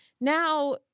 now